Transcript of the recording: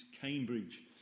Cambridge